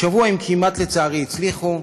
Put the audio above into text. השבוע הם כמעט, לצערי, הצליחו.